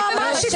ואליד אלהואשלה